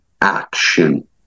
action